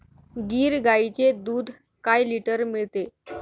गीर गाईचे दूध काय लिटर मिळते?